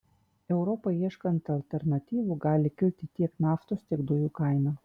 europai ieškant alternatyvų gali kilti tiek naftos tiek dujų kaina